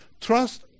Trust